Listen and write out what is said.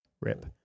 rip